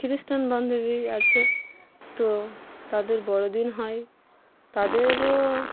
খ্রিস্টান বান্ধবী আছে তো তাদের বড়ো দিন হয় তাদেরও